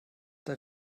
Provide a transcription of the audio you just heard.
der